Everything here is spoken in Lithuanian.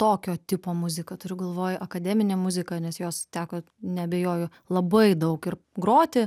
tokio tipo muziką turiu galvoj akademinę muziką nes jos teko neabejoju labai daug ir groti